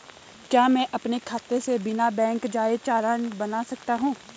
क्या मैं अपने खाते से बिना बैंक जाए चालान बना सकता हूँ?